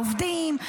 העובדים,